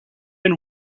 been